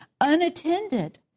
unattended